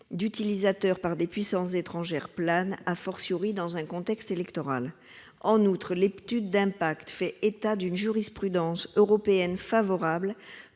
d'utilisateurs par des puissances étrangères, dans un contexte électoral. En outre, l'étude d'impact fait état d'une jurisprudence européenne favorable,